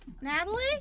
Natalie